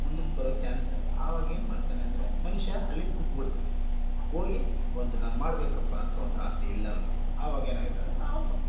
ಮುಂದಕ್ಕೆ ಬರೋಕೆ ಚಾನ್ಸಿರಲ್ಲ ಆವಾಗ ಏನು ಮಾಡ್ತಾನೆ ಅಂದರೆ ಮನುಷ್ಯ ಅಲ್ಲಿಗೆ ಕುಗ್ಗಿಬಿಡ್ತಾನೆ ಹೋಗಿ ಒಂದು ನಾನು ಮಾಡಬೇಕಪ್ಪ ಅಂತ ಒಂದು ಆಸೆ ಇಲ್ಲ ಅವನಿಗೆ ಆವಾಗೇನಾಗುತ್ತಂದ್ರೆ ನಾವು ಬ್